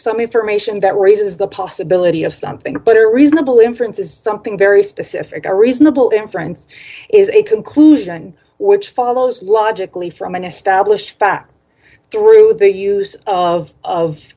some information that raises the possibility of something better reasonable inference is something very specific a reasonable inference is a conclusion which follows logically from an established fact through the use of of